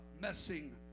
messing